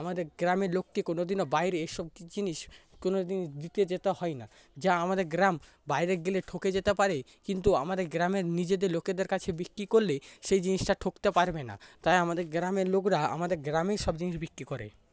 আমাদের গ্রামের লোককে কোনদিনও বাইরে এসব জিনিস কোনো দিন দিতে যেতে হয় না যা আমাদের গ্রাম বাইরে গেলে ঠকে যেতে পারে কিন্তু আমাদের গ্রামের নিজেদের লোকেদের কাছে বিক্রি করলে সেই জিনিসটা ঠকতে পারবে না তাই আমাদের গ্রামের লোকরা আমাদের গ্রামেই সব জিনিস বিক্রি করে